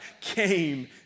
came